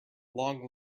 long